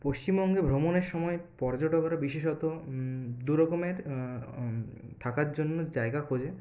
পশ্চিমবঙ্গে ভ্রমণের সময় পর্যটকরা বিশেষত দুরকমের থাকার জন্য জায়গা খোঁজে